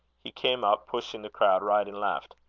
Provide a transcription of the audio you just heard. he came up, pushing the crowd right and left.